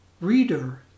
reader